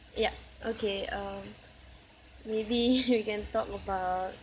yup okay um maybe we can talk about